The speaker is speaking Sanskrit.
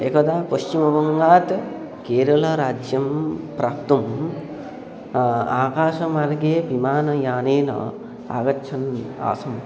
एकदा पश्चिमवङ्गात् केरलराज्यं प्राप्तुम् आकाशमार्गे विमानयानेन आगच्छन् आसं